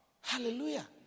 Hallelujah